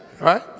right